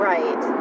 Right